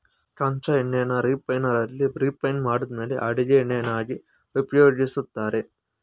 ಕಚ್ಚಾ ಎಣ್ಣೆನ ರಿಫೈನರಿಯಲ್ಲಿ ರಿಫೈಂಡ್ ಮಾಡಿದ್ಮೇಲೆ ಅಡಿಗೆ ಎಣ್ಣೆಯನ್ನಾಗಿ ಉಪಯೋಗಿಸ್ತಾರೆ